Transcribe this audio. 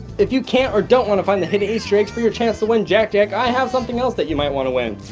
if you can't or don't want to find the hidden easter eggs for your chance to win jack-jack, i have something else that you might wanna win.